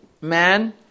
man